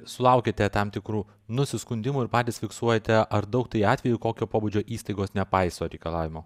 sulaukėte tam tikrų nusiskundimų ir patys fiksuojate ar daug tai atvejų kokio pobūdžio įstaigos nepaiso reikalavimo